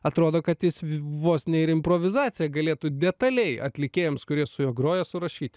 atrodo kad jis vos ne ir improvizaciją galėtų detaliai atlikėjams kurie su juo groja surašyti